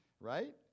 Right